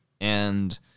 and-